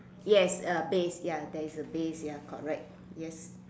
yes uh base ya there is a base ya correct yes